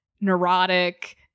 neurotic